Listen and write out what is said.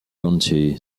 county